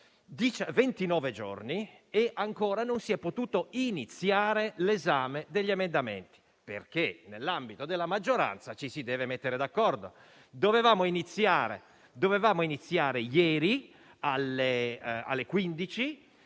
giorni e ancora non si è potuto iniziare l'esame degli emendamenti, perché nell'ambito della maggioranza ci si deve mettere d'accordo. Dovevamo iniziare i lavori alle ore